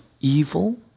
evil